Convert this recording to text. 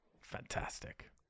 Fantastic